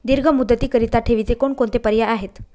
दीर्घ मुदतीकरीता ठेवीचे कोणकोणते पर्याय आहेत?